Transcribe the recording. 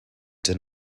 did